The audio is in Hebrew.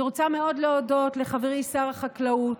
אני רוצה מאוד להודות לחברי שר החקלאות,